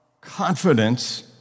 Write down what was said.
confidence